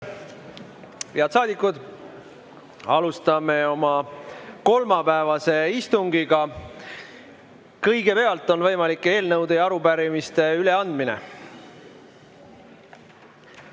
head saadikud! Alustame oma kolmapäevast istungit. Kõigepealt on eelnõude ja arupärimiste üleandmine.